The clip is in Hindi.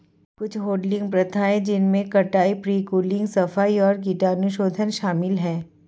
कुछ हैडलिंग प्रथाएं जिनमें कटाई, प्री कूलिंग, सफाई और कीटाणुशोधन शामिल है